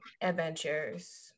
adventures